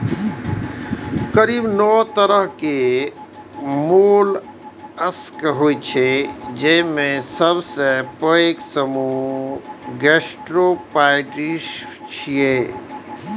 करीब नौ तरहक मोलस्क होइ छै, जेमे सबसं पैघ समूह गैस्ट्रोपोड्स छियै